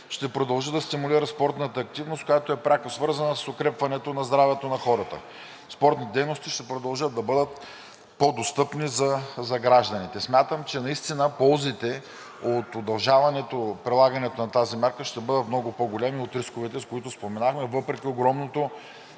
ще продължи да стимулира спортната активност, която е пряко свързана с укрепване на здравето на хората. Спортните дейности ще продължат да бъдат по-достъпни за гражданите. Смятам, че наистина ползите от удължаването, прилагането на тази мярка ще бъдат много по-големи от рисковете, които споменахме. Въпреки огромното